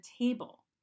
table